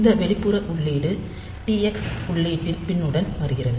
இந்த வெளிப்புற உள்ளீடு Tx உள்ளீட்டு பின் உடன் வருகிறது